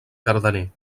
cardener